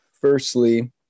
firstly